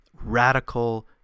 radical